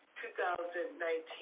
2019